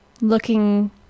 looking